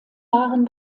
jahren